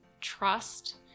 trust